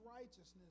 righteousness